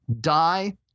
die